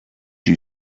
you